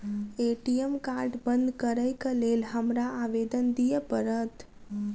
ATM card बंद करैक लेल हमरा आवेदन दिय पड़त?